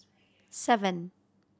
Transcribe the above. seven